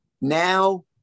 Now